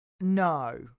No